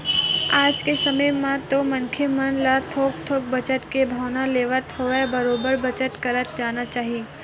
आज के समे म तो मनखे मन ल थोक थोक बचत के भावना लेवत होवय बरोबर बचत करत जाना चाही